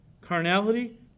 carnality